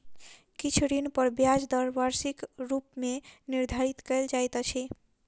किछ ऋण पर ब्याज दर वार्षिक रूप मे निर्धारित कयल जाइत अछि